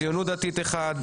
הציונות הדתית אחד,